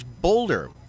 boulder